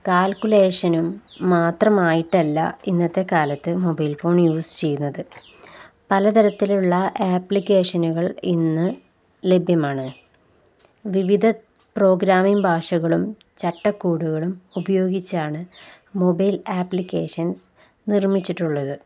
കാൽകുലേഷനും മാത്രമായിട്ടല്ല ഇന്നത്തെ കാലത്ത് മൊബൈൽ ഫോൺ യൂസ് ചെയ്യുന്നത് പലതരത്തിലുള്ള ആപ്ലിക്കേഷനുകൾ ഇന്നു ലഭ്യമാണ് വിവിധ പ്രോഗ്രാമിംഗ് ഭാഷകളും ചട്ടക്കൂടുകളും ഉപയോഗിച്ചാണ് മൊബൈൽ ആപ്ലിക്കേഷൻസ് നിർമ്മിച്ചിട്ടുള്ളത്